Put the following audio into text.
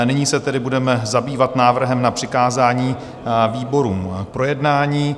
Nyní se tedy budeme zabývat návrhem na přikázání výborům k projednání.